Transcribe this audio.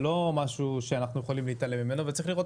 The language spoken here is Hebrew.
זה לא משהו שאנחנו יכולים להתעלם ממנו וצריך לראות